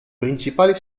principali